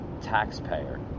taxpayer